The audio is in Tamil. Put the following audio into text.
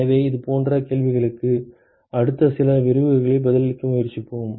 எனவே இதுபோன்ற கேள்விகளுக்கு அடுத்த சில விரிவுரைகளில் பதிலளிக்க முயற்சிப்போம்